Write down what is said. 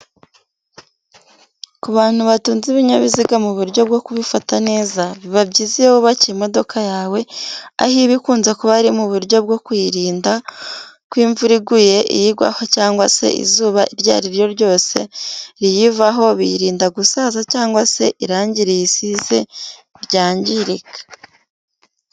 Ku bantu batunze ibinyabiziga mu buryo bwo kubifata neza biba byiza iyo wubakiye imodoka yawe aho iba ikunze kuba ari mu buryo bwo kuyirinda ko imvura iguye iyigwaho cyangwa se izuba iryo ari ryo ryose riyivaho biyirinda gusaza cyangwa se irangi riyisize ryangirika.